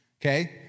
Okay